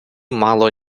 мало